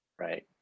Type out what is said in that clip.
right